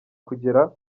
kugera